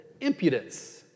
impudence